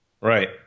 Right